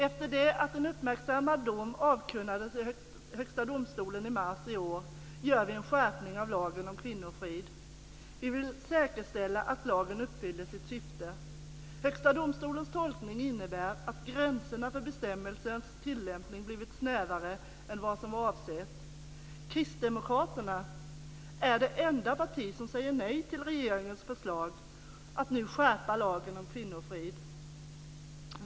Efter det att en uppmärksammad dom avkunnades i Högsta domstolen i mars i år gör vi en skärpning av lagen om kvinnofrid. Vi vill säkerställa att lagen uppfyller sitt syfte. Högsta domstolens tolkning innebär att gränserna för bestämmelsernas tillämpning blivit snävare än vad som var avsett. Kristdemokraterna är det enda parti som säger nej till regeringens förslag att nu skärpa lagen om kvinnofrid.